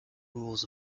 rules